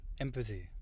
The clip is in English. empathy